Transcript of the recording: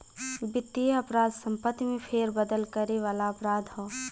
वित्तीय अपराध संपत्ति में फेरबदल करे वाला अपराध हौ